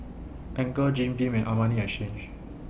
Anchor Jim Beam and Armani Exchange